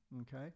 okay